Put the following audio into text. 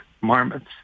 marmots